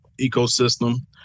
ecosystem